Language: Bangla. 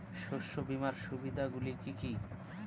শস্য বীমার সুবিধা গুলি কি কি?